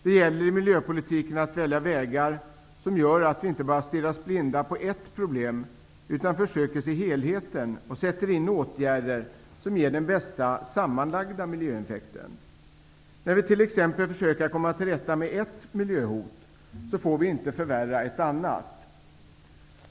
Det gäller i miljöpolitiken att välja vägar som gör att vi inte stirrar oss blinda på ett problem utan försöker se helheten och sätter in åtgärder som ger den bästa sammanlagda miljöeffekten. När vi t.ex. försöker att komma till rätta med ett miljöhot, får vi inte förvärra ett annat.